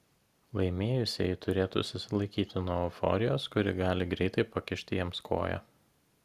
laimėjusieji turėtų susilaikyti nuo euforijos kuri gali greitai pakišti jiems koją